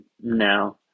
no